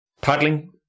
Paddling